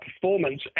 performance